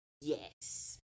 Yes